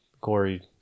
Corey